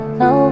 no